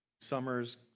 summers